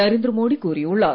நரேந்திர மோடி கூறியுள்ளார்